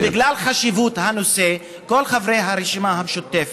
שבגלל חשיבות הנושא כל חברי הרשימה המשותפת,